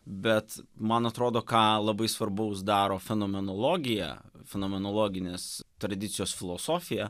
bet man atrodo ką labai svarbaus daro fenomenologija fenomenologinės tradicijos filosofija